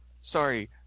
sorry